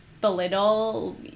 belittle